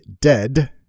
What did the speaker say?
dead